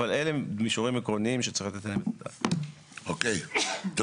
אבל אלה מישורים עקרוניים שצריך לתת עליהם את הדעת תודה רבה.